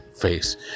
face